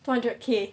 four hundred K